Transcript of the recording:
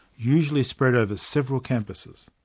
usually spread over several campuses.